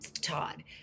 Todd